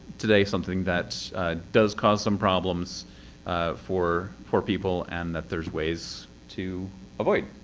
today something that does cause some problems for for people, and that there's ways to avoid.